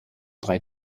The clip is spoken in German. drei